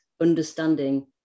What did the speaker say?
understanding